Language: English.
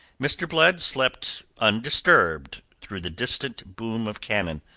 mr. blood slept undisturbed through the distant boom of cannon.